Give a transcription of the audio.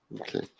Okay